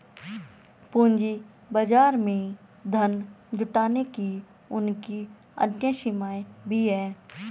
पूंजी बाजार में धन जुटाने की उनकी अन्य सीमाएँ भी हैं